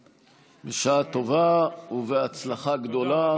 (חותם על ההצהרה) בשעה טובה ובהצלחה גדולה.